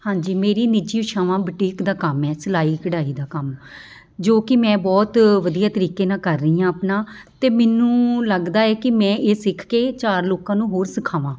ਹਾਂਜੀ ਮੇਰੀ ਨਿੱਜੀ ਇੱਛਾਵਾਂ ਬਟੀਕ ਦਾ ਕੰਮ ਹੈ ਸਿਲਾਈ ਕਢਾਈ ਦਾ ਕੰਮ ਜੋ ਕਿ ਮੈਂ ਬਹੁਤ ਵਧੀਆ ਤਰੀਕੇ ਨਾਲ ਕਰ ਰਹੀ ਹਾਂ ਆਪਣਾ ਅਤੇ ਮੈਨੂੰ ਲੱਗਦਾ ਹੈ ਕਿ ਮੈਂ ਇਹ ਸਿੱਖ ਕੇ ਚਾਰ ਲੋਕਾਂ ਨੂੰ ਹੋਰ ਸਿੱਖਾਵਾਂ